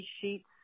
sheets